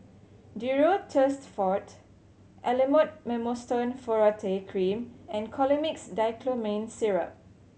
Duro Tuss Forte Elomet Mometasone Furoate Cream and Colimix Dicyclomine Syrup